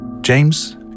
James